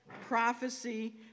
prophecy